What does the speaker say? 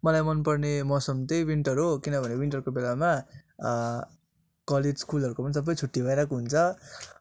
मलाई मन पर्ने मौसम त्यही विन्टर हो किनभने विन्टरको बेलामा कलेज स्कुलहरूको पनि सबै छुट्टी भइरहेको हुन्छ